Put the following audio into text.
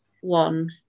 one